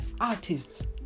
artists